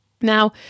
Now